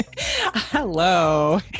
Hello